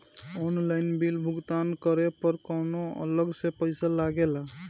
Online bill भुगतान करे पर कौनो अलग से पईसा लगेला?